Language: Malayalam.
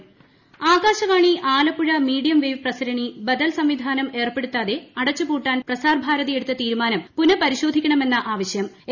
ആകാശവാണി ആലപ്പുഴ ആകാശവാണി ആലപ്പുഴ മീഡിയം വേവ് പ്രസരണി ബദൽ സംവിധാനം ഏർപ്പെടുത്താതെ അടച്ചുപൂട്ടാൻ പ്രസാർഭാരതി എടുത്ത തീരുമാനം പുനഃപരിശോധിക്കണമെന്ന് ആവശൃം